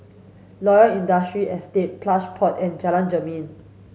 Loyang Industrial Estate Plush Pod and Jalan Jermin